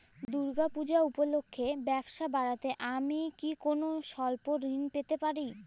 দূর্গা পূজা উপলক্ষে ব্যবসা বাড়াতে আমি কি কোনো স্বল্প ঋণ পেতে পারি?